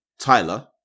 Tyler